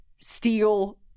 steal